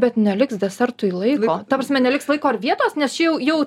bet neliks desertui laiko ta prasme neliks laiko ir vietos nes čia jau jau